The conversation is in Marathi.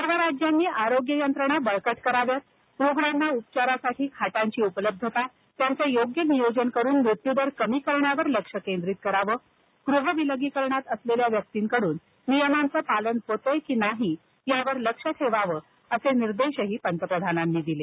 सर्व राज्यांनी आरोग्य यंत्रणा बळकट कराव्यात रुग्णांना उपचारासाठी खाटांची उपलब्धता त्याचं योग्य नियोजन करून मृत्यू दर कमी करण्यावर लक्ष केंद्रित करावं गृह विलगीकरणात असलेल्या व्यक्तींकडून नियमांचं पालन होत आहे किंवा नाही यावर लक्ष ठेवा असे निर्देशही पंतप्रधानांनी दिले